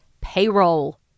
payroll